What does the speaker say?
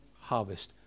harvest